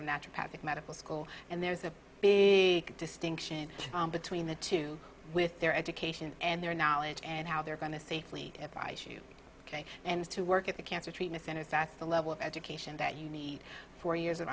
imagine patrick medical school and there's a big distinction between the two with their education and their knowledge and how they're going to safely advise you ok and to work at the cancer treatment centers that's the level of education that you need four years of